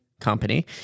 company